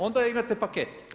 Onda imate paket.